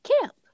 Camp